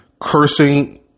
Cursing